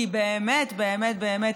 כי באמת באמת באמת,